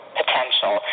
potential